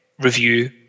review